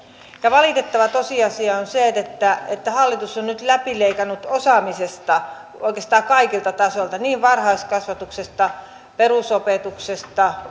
valitettava tosiasia on se että että hallitus on nyt läpileikannut osaamisesta oikeastaan kaikilta tasoilta niin varhaiskasvatuksesta perusopetuksesta